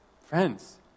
Friends